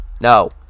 No